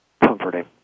comforting